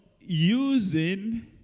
using